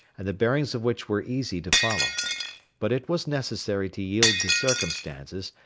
and the bearings of which were easy to follow but it was necessary to yield to circumstances,